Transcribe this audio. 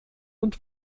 und